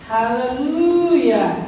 hallelujah